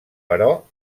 però